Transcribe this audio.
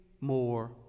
more